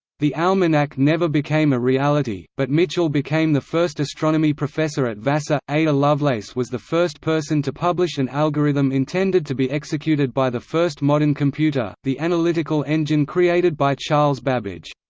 the almanac never became a reality, but mitchell became the first astronomy professor at vassar ada lovelace was the first person to publish an algorithm intended to be executed by the first modern computer, the analytical engine created by charles babbage.